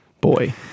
Boy